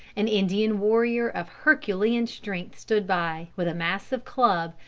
an indian warrior of herculean strength stood by, with a massive club,